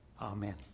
Amen